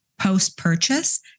post-purchase